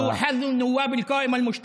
הערבים בקואליציה ללכת בעקבות חברי הכנסת מהמשותפת,